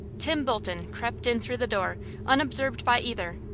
tim bolton crept in through the door unobserved by either,